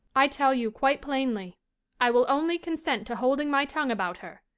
i tell you quite plainly i will only consent to holding my tongue about her,